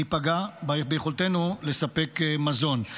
ותיפגע יכולתנו לספק מזון.